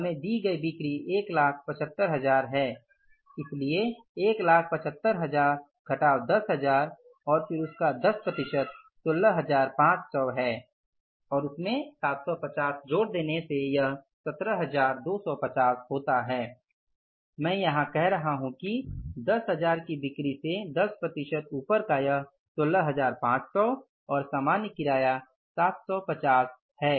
हमें दी गई बिक्री १७५००० है इसलिए 175000 घटव 10000 और उसका १० प्रतिशत 16500 है और उसमे 750 जोड़ देने से यह १७२५० होता है मैं यहां कह रहा हूं कि 10000 की बिक्री से 10 प्रतिशत ऊपर का यह 16500 और सामान्य किराया 750 है